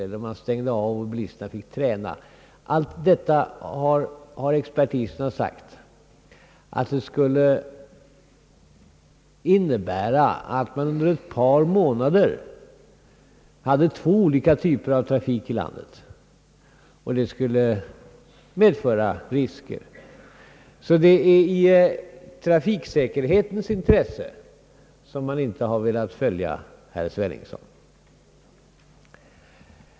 Expertisen har sagt att detta skulle innebära att man under ett par månader hade två olika typer av trafik i landet, och det skulle medföra risker. Det är alltså i trafiksäkerhetens intresse som man inte har velat följa herr Sveningsson.